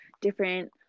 different